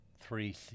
three